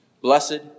blessed